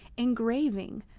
engraving,